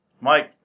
Mike